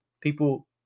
People –